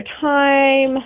time